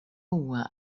huwa